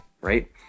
right